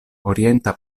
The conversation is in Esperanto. orienta